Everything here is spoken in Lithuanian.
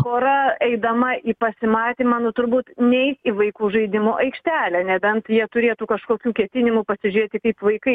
pora eidama į pasimatymą nu turbūt neis į vaikų žaidimo aikštelę nebent jie turėtų kažkokių ketinimų pasižiūrėti kaip vaikai